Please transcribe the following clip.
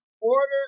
order